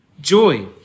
joy